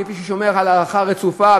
כמי ששומר על ההלכה הצרופה,